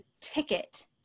ticket